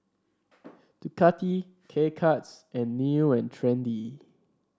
Ducati K Cuts and New And Trendy